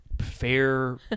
fair